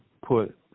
put